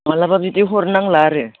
माब्लाबा बिदि हरनांला आरो